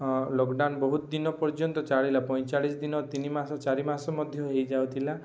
lockdown ବହୁତ ପର୍ଯ୍ୟନ୍ତ ଚାଲିଲା ପଇଁଚାଳିଶ ଦିନ ତିନିମାସ ଚାରିମାସ ମଧ୍ୟ ହେଇଯାଉଥିଲା